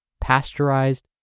pasteurized